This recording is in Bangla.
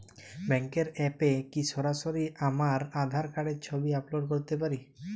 ব্যাংকের অ্যাপ এ কি সরাসরি আমার আঁধার কার্ডের ছবি আপলোড করতে পারি?